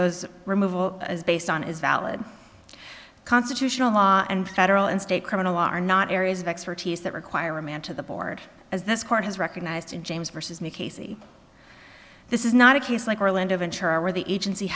mister removal is based on is valid constitutional law and federal and state criminal law are not areas of expertise that require a man to the board as this court has recognized in james versus me casey this is not a case like orlando where the agency